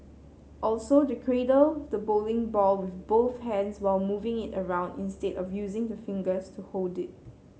also cradle the bowling ball with both hands while moving it around instead of using the fingers to hold it